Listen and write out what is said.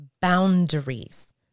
boundaries